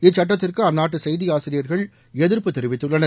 இச்சட்டத்திற்கு அந்நாட்டு செய்தி ஆசிரியர்கள் எதிர்ப்பு தெரிவித்துள்ளனர்